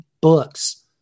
books